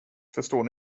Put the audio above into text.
förstår